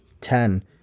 ten